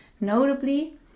Notably